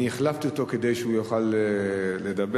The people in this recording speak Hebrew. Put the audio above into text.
החלפתי אותו כדי שיוכל לדבר,